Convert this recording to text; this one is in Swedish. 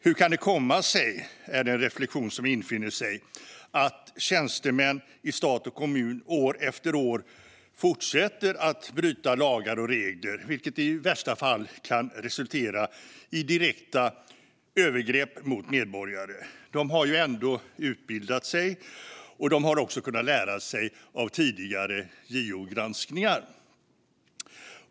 Hur kan det komma sig, är en reflektion som infinner sig, att tjänstemän i stat och kommun år efter år fortsätter att bryta mot lagar och regler, vilket i värsta fall kan resultera i direkta övergrepp mot medborgare? De har ju ändå utbildat sig, och de har också kunnat lära sig av tidigare JO-granskningar.